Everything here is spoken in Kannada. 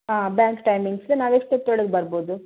ಹಾಂ ಬ್ಯಾಂಕ್ ಟೈಮಿಂಗ್ಸ್ ನಾವು ಎಷ್ಟ್ಹೊತ್ತೊಳಗೆ ಬರಬಹುದು